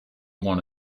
one